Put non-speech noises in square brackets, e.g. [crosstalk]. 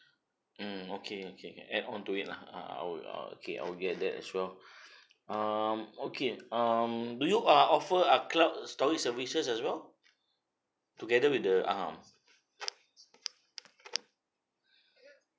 mm okay okay add on to it ah I would ah okay I will get that as well [breath] um okay um do you ah offer a cloud storage services as well together with the um